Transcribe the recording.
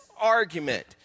argument